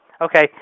Okay